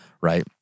right